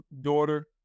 daughter